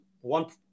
one